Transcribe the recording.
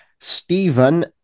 Stephen